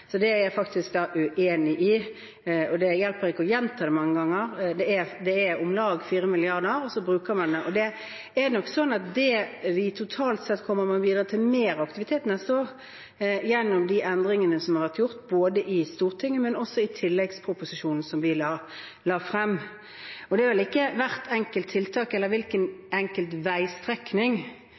Så det er jeg faktisk da uenig i, og det hjelper ikke å gjenta det mange ganger. Det er om lag 4 mrd. kr, og så bruker man det. Det er nok sånn at vi totalt sett kommer til å bidra til mer aktivitet neste år gjennom de endringene som har vært gjort, både i Stortinget, men også i tilleggsproposisjonen som vi la frem. Det er vel ikke hvert enkelt tiltak, eller hver enkelt veistrekning,